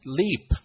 leap